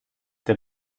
der